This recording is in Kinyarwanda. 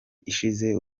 ishize